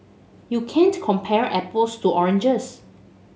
you can't compare apples to oranges